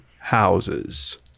houses